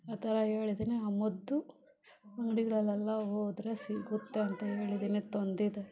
ಆ ಥರ ಹೇಳಿದಿನಿ ಆ ಮದ್ದು ಅಂಗಡಿಗಳಲ್ಲೆಲ್ಲ ಹೋದ್ರೆ ಸಿಗುತ್ತೆ ಅಂತ ಹೇಳಿದಿನಿ ತಂದಿದೆ